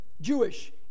Jewish